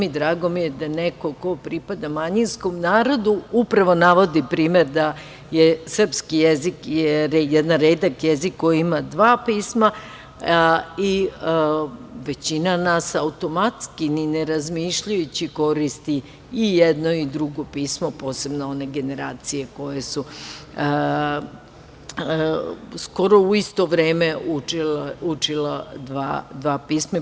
Drago mi je da neko ko pripada manjinskom narodu upravo navodi primer da je srpski jezik jedan redak jezik koji ima dva pisma i većina nas automatski, ni ne razmišljajući, koristi i jedno i drugo pismo, posebno one generacije koje su skoro u isto vreme učile dva pisma.